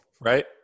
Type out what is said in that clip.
right